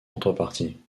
contrepartie